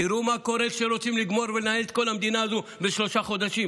תראו מה קורה כשרוצים לגמור ולנהל את כל המדינה הזו בשלושה חודשים.